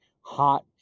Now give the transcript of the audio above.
hot